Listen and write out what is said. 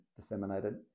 disseminated